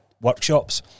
workshops